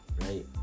right